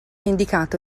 indicato